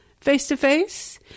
face-to-face